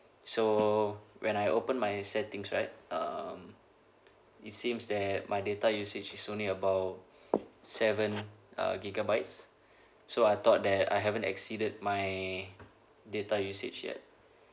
so when I open my settings right um it seems that my data usage is only about seen uh gigabytes so I thought that I haven't exceeded my data usage yet